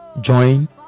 Join